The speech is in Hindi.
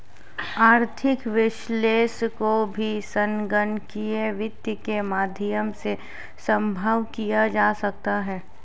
आर्थिक विश्लेषण को भी संगणकीय वित्त के माध्यम से सम्भव किया जा सकता है